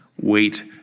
wait